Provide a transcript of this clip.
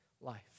life